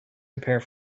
prepare